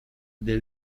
del